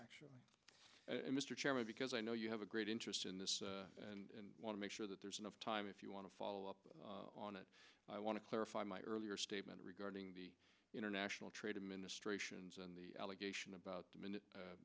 it mr chairman because i know you have a great interest in this and want to make sure that there's enough time if you want to follow up on it i want to clarify my earlier statement regarding the international trade administrations and the allegation about